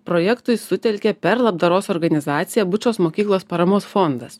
projektui sutelkė per labdaros organizacijąo bučos mokyklos paramos fondas